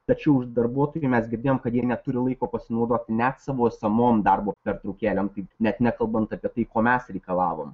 tačiau iš darbuotojų mes girdėjom kad jie neturi laiko pasinaudoti net savo esamom darbo pertraukėlėm taip net nekalbant apie tai ko mes reikalavom